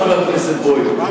חבר הכנסת בוים.